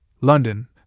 London